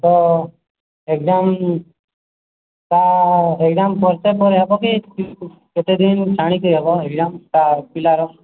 ତ ଏକଜାମ ତା ଏକଜାମ ବର୍ଷେ ପରେ ହେବ କି କେତେ ଦିନ ଛାଡ଼ିକି ହେବ ଏକଜାମ୍ ତାର ପିଲାର